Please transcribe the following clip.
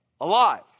alive